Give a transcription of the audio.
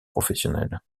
professionnel